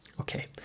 Okay